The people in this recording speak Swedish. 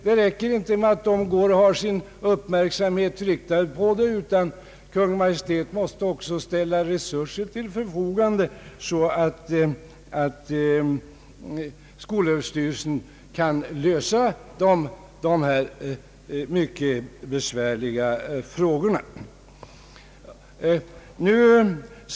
Det räcker inte med att Kungl. Maj:t har sin uppmärksamhet riktad på förhållandet utan Kungl. Maj:t måste också ställa resurser till förfogande så att skolöverstyrelsen kan lösa dessa mycket besvärliga problem.